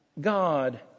God